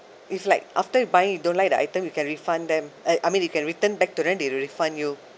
if like after you buy you don't like the item you can refund them I I mean you can return back to them they will refund you